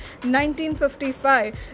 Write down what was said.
1955